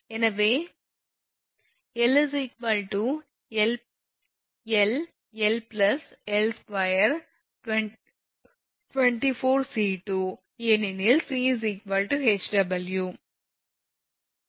எனவே அல்லது 𝑙 𝐿 1𝐿224 𝑐2 ஏனெனில் 𝑐 𝐻𝑊